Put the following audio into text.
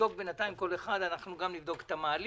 נבדוק בינתיים כל אחד, אנחנו גם נבדוק את המעלית.